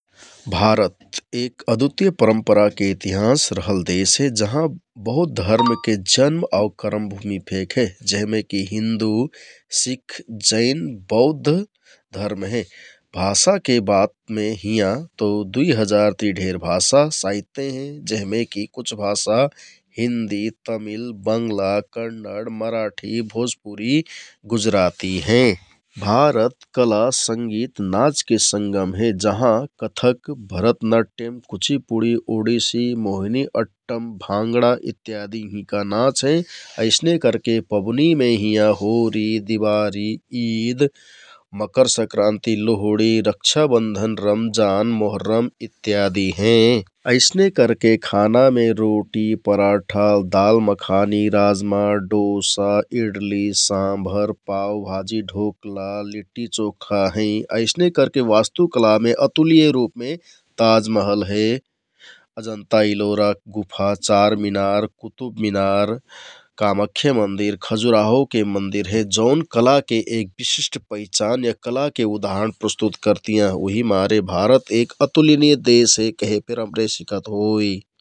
भारत एक अद्वतिय परम्पराके इतिहाँस रहल देश हे जहाँ बहुत धर्म के जन्म ‌और कर्म भुमि फेक हे, जेहमे हिन्दु, शिख, जैन, बौद्ध धर्म हें । भाषाके बात में हिँया तो दुई हजार ति ढेर भाषा साहित्य हें जेहमेकि कुछ भाषा हिन्दि, तमिल, बंगला, कन्नड, मराठी, भोजपुरी, गुजराती हें । भारत कला, संगित, नाचके संगम हे जहाँ कथक, भरत नट्यम, कुचिपुडि ओडिसी, मोहिनी अट्टम, भाँगडा इत्यादि हिंका नाच हें । अइसने करके पबुनी में हिँया होरि, दिवारी, ईद, मकर सक्रान्ति, लोहडी, रक्षा बन्धन, रमजान, मोहर्म इत्यादि हें । अइसने करके खाना में रोटी, पराठा, दाल मखानी राजमा, डोसा, ईडली, साम्भर, पाउ भाजी, ढोक्ला, लिट्टि चोखा हैं । अइसने करके वास्तुकलामें अतुलनिय रुपमें ताजमहल हे, अजनमता, इलोरा गुफा, चार मिनार, कुतुब मिनार, कामाख्या मन्दिर, खजुराहोके मन्दिर हे । जौन कलाके एक विशिष्ट पहिचान या कलाके उदाहरण प्रस्तुत कर्तियाँ उहिमारे भारत एक अतुलनिय देश हे कहे फेक हमरे सिकत होइ ।